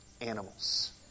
animals